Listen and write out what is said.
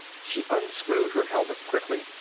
she unscrewed her helmet quickly.